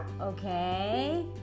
Okay